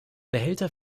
behälter